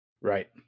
Right